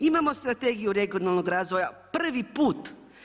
Imamo strategiju regionalnog razvoja, prvi put.